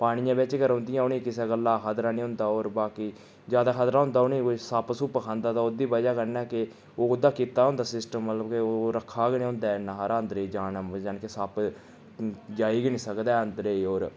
पानियै बिच्च गै रौह्न्दियां उनेंगी किसै गल्ला दा खतरा नी होंदा होर बाकी ज्यादा खतरा होंदा उ'नेंगी कोई सप्प सुप खांदा ते ओह्दी वजहा कन्नै केह् ओह्दा कीता होंदा सिस्टम मतलब कि ओह् रक्खा गै नी होंदा इन्ना हारा अंदरे जाने जानी कि सप्प जाई गै नी सकदा ऐ अंदरै होर